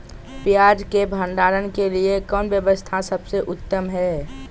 पियाज़ के भंडारण के लिए कौन व्यवस्था सबसे उत्तम है?